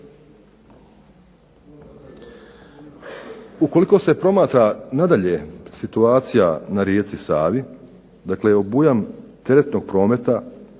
Ukoliko se promatra nadalje situacija na rijeci Savi, dakle obujam teretnog prometa